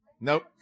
Nope